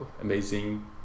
amazing